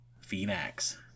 Phoenix